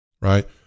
right